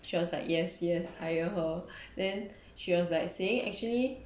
she was like yes yes hire her then she was like saying actually